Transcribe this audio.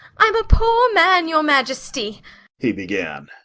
i'm a poor man, your majesty he began.